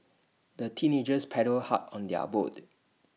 the teenagers paddled hard on their boat